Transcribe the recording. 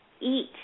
eat